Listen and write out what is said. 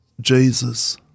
Jesus